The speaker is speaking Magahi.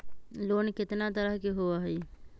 लोन केतना तरह के होअ हई?